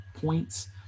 points